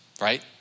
right